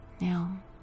Now